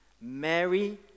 Mary